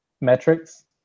metrics